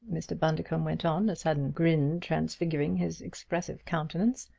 mr. bundercombe went on, a sudden grin transfiguring his expressive countenance,